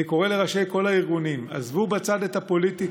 אני קורא לראשי כל הארגונים: עזבו בצד את הפוליטיקה,